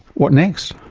what next?